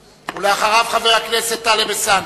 ולאחריו, חבר הכנסת טלב אלסאנע.